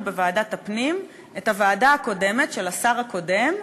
בוועדת הפנים את הוועדה הקודמת של השר הקודם,